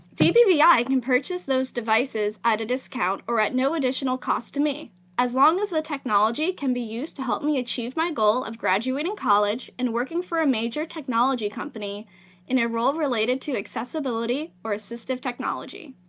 dbvi can i mean purchase those devices at a discount or at no additional cost to me as long as the technology can be used to help me achieve my goal of graduating college and working for a major technology company in a role related to accessibility or assistive technology.